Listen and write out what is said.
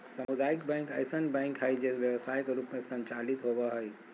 सामुदायिक बैंक ऐसन बैंक हइ जे व्यवसाय के रूप में संचालित होबो हइ